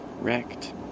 wrecked